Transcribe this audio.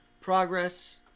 progress